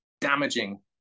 damaging